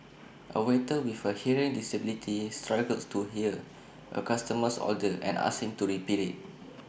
A waiter with A hearing disability struggles to hear A customer's order and asks him to repeat IT